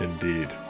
Indeed